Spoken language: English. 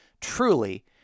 Truly